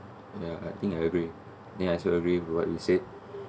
y I think I agree then I also agree with what you said